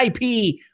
IP